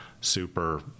super